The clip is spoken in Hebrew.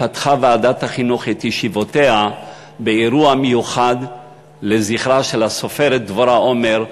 פתחה ועדת החינוך את ישיבותיה באירוע מיוחד לזכרה של הסופרת דבורה עומר,